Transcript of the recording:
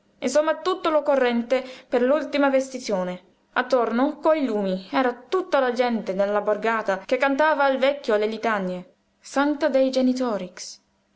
insomma tutto l'occorrente per l'ultima vestizione attorno coi lumi era tutta la gente della borgata che cantava al vecchio le litanie sancta dei genitrix